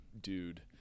dude